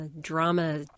drama